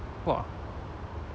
!wah!